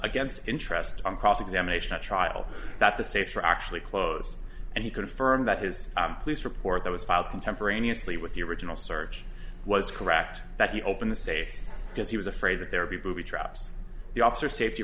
against interest on cross examination at trial that the safer actually closed and he confirmed that his police report that was filed contemporaneously with the original search was correct that he opened the safe because he was afraid that there would be booby traps the officer safety